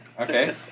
Okay